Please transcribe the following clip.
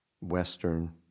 Western